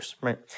right